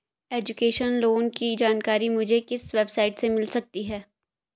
Education loan की जानकारी मुझे किस वेबसाइट से मिल सकती है?